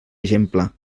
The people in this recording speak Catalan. exemple